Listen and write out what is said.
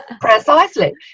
precisely